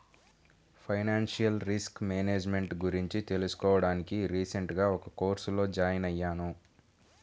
financial risk management గురించి తెలుసుకోడానికి recent గా ఒక కోర్సులో జాయిన్ అయ్యాను